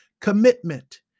commitment